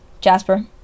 Jasper